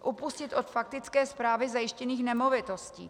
Upustit od faktické správy zajištěných nemovitostí.